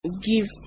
give